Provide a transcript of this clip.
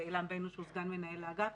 ועילם בנו שהוא סגן מנהל האגף.